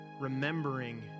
remembering